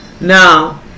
Now